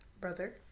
brother